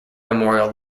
memorial